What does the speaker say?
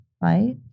right